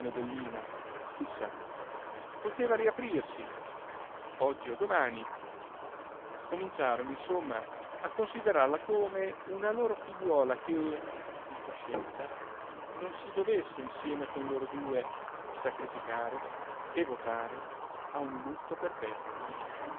bellina chi sa poteva riaprirsi oggi o domani cominciarono insomma a considerarla come una loro figliuola che in coscienza non si dovesse insieme con loro due sacrificare e votare a un lutto perpetuo